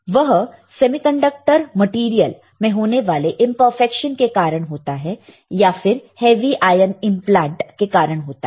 वह semiconductor material में होने वाले इंपरफेक्शन के कारण होता है या फिर हेवी आईऑन इनप्लांट के कारण होता है